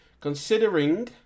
considering